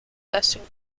testing